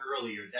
earlier